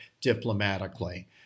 diplomatically